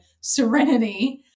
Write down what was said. serenity